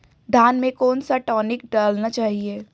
धान में कौन सा टॉनिक डालना चाहिए?